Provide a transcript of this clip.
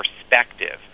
perspective